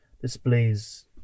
displays